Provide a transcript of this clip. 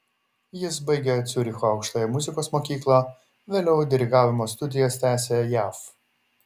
jis baigė ciuricho aukštąją muzikos mokyklą vėliau dirigavimo studijas tęsė jav